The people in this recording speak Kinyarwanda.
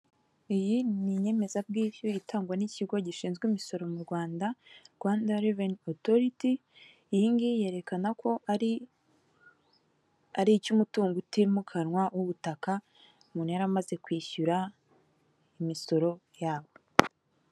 Ibiti byiza bizana akayaga ndetse n'amahumbezi akazura abantu bicaramo bategereje imodoka ndetse n'imodoka y'ivaturi, umumotari ndetse n'indi modoka ibari imbere itwara imizigo.